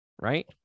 Right